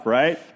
right